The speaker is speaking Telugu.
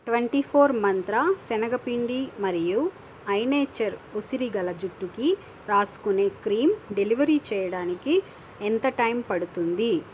ట్వెంటీ ఫోర్ మంత్ర సెనగ పిండి మరియు ఐనేచర్ ఉసిరి గల జుట్టుకి రాసుకునే క్రీం డెలివరీ చేయడానికి ఎంత టైం పడుతుంది